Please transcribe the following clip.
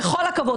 בכל הכבוד,